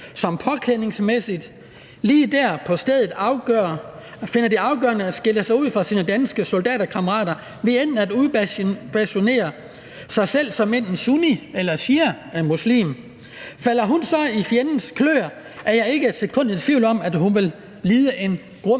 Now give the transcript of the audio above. som påklædningsmæssigt lige der på stedet finder det afgørende at skille sig ud fra sine danske soldaterkammerater ved at udbasunere sig selv som enten sunni- eller shiamuslim. Falder hun så i fjendens klør, er jeg ikke et sekund i tvivl om, at hun vil lide en grum